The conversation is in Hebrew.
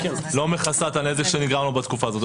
לא מכסה את הנזק שנגרם לו בתקופה הזאת,